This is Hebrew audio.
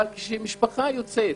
אבל כשמשפחה יוצאת